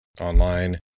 online